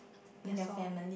that's all